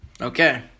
Okay